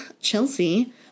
chelsea